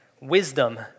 wisdom